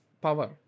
power